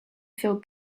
feel